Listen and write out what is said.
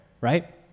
right